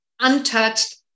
untouched